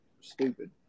stupid